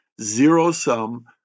zero-sum